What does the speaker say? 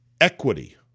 equity